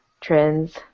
trends